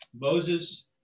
Moses